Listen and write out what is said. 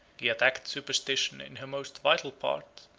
he attacked superstition in her most vital part,